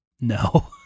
No